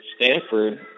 Stanford